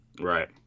Right